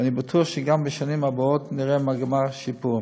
ואני בטוח שגם בשנים הבאות נראה מגמת שיפור.